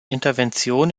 intervention